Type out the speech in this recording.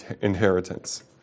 inheritance